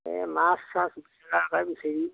এই মাছ চাছ কিবা এটা বিচাৰি